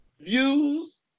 views